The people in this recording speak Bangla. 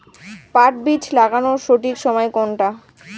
পাট বীজ লাগানোর সঠিক সময় কোনটা?